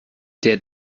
der